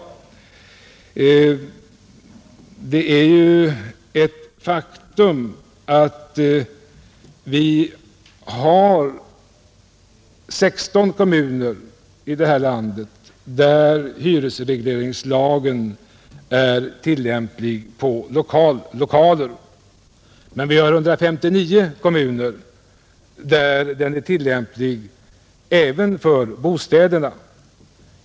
Det är ju ett faktum att hyresregleringslagen är tillämplig på lokaler i 16 kommuner i detta land, men i 159 kommuner är den tillämplig även för bostäder.